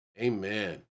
Amen